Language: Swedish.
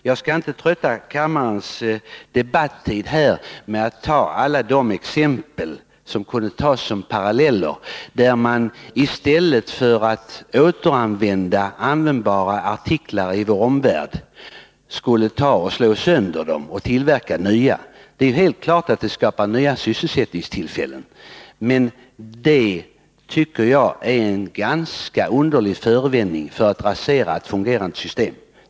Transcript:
Jag skall inte ta kammarens debattid i anspråk med att ge alla de exempel där man kan dra paralleller som visar det orimliga i att man i stället för att återanvända fullt användbara artiklar skulle slå sönder dem för att tillverka nya. Det är klart att ett sådant här system skapar nya sysselsättningstillfällen, men det tycker jag är en ganska underlig förevändning för att rasera ett fungerande system.